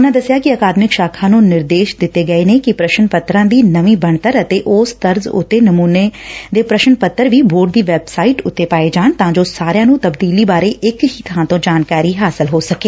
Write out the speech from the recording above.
ਡਾ ਯੋਗਰਾਜ ਨੇ ਅਕਾਦਮਿਕ ਸ਼ਾਖਾ ਨੂੰ ਨਿਰਦੇਸ਼ ਦਿੱਤੇ ਕਿ ਪ੍ਰਸ਼ਨ ਪੱਤਰਾਂ ਦੀ ਨਵੀ ਬਣਤਰ ਅਤੇ ਉਸ ਤਰਜ਼ ਉਂਤੇ ਨਮੁਨੇ ਦੇ ਪ੍ਰਸ਼ਨ ਪੱਤਰ ਵੀ ਬੋਰਡ ਦੀ ਵੈਂਬਸਾਈਟ ਉਂਤੇ ਪਾਏ ਜਾਣ ਤਾਂ ਜੋ ਸਾਰਿਆਂ ਨੂੰ ਤਬਦੀਲੀ ਬਾਰੇ ਇੱਕ ਹੀ ਬਾਂ ਤੋਂ ਸਾਰੀ ਜਾਣਕਾਰੀ ਮੁਹੱਈਆ ਹੋ ਸਕੇ